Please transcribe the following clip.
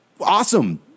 Awesome